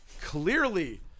clearly